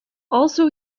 also